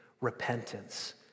repentance